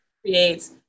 creates